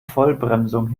vollbremsung